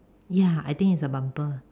ya I think is a bumper